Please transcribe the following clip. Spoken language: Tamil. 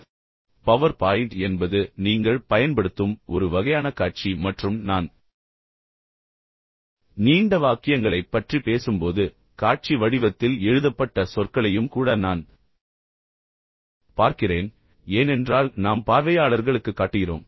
எனவே பவர் பாயிண்ட் என்பது நீங்கள் பயன்படுத்தும் ஒரு வகையான காட்சி மற்றும் நான் நீண்ட வாக்கியங்களைப் பற்றி பேசும்போது காட்சி வடிவத்தில் எழுதப்பட்ட சொற்களையும் கூட நான் பார்க்கிறேன் ஏனென்றால் நாம் பார்வையாளர்களுக்குக் காட்டுகிறோம்